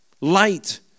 light